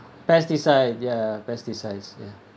pesticides ya pesticides ya